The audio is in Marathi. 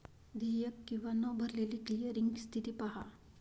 देयक किंवा न भरलेली क्लिअरिंग स्थिती पहा